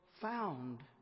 found